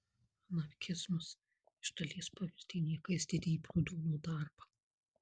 anarchizmas iš dalies pavertė niekais didįjį prudono darbą